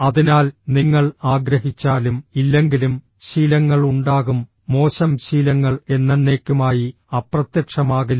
അതിനാൽ നിങ്ങൾ ആഗ്രഹിച്ചാലും ഇല്ലെങ്കിലും ശീലങ്ങൾ ഉണ്ടാകും മോശം ശീലങ്ങൾ എന്നെന്നേക്കുമായി അപ്രത്യക്ഷമാകില്ല